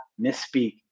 misspeak